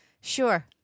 Sure